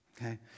Okay